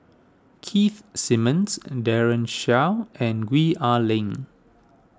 Keith Simmons Daren Shiau and Gwee Ah Leng